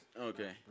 Okay